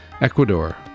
Ecuador